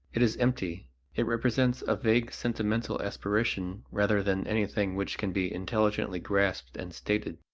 it is empty it represents a vague sentimental aspiration rather than anything which can be intelligently grasped and stated.